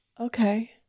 Okay